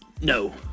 No